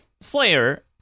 Slayer